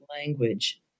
language